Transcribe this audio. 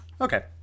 Okay